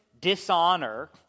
dishonor